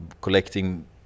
collecting